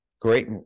great